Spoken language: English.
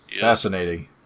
Fascinating